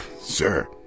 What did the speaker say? sir